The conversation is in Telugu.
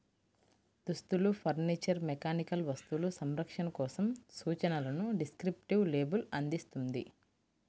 దుస్తులు, ఫర్నీచర్, మెకానికల్ వస్తువులు, సంరక్షణ కోసం సూచనలను డిస్క్రిప్టివ్ లేబుల్ అందిస్తుంది